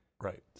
right